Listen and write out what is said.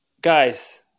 guys